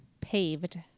Paved